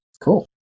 Cool